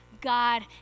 God